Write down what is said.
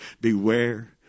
Beware